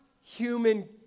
human